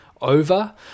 over